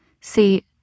See